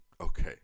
Okay